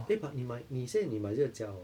eh but 你买你现在你买这个家 hor